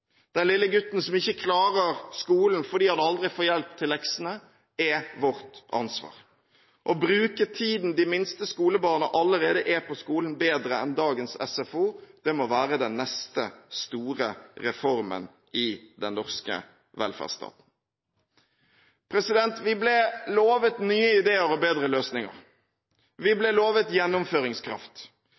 Den lille gutten som ikke klarer skolen fordi han aldri får hjelp til leksene, er vårt ansvar. Å bruke tiden de minste skolebarna allerede er på skolen bedre enn dagens SFO, må være den neste store reformen i den norske velferdsstaten. Vi ble lovet nye ideer og bedre løsninger. Vi ble lovet gjennomføringskraft.